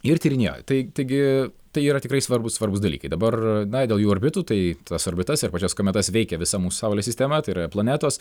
ir tyrinėjo tai taigi tai yra tikrai svarbūs svarbūs dalykai dabar na dėl jų orbitų tai tas orbitas ir pačias kometas veikia visa mūsų saulės sistema tai yra planetos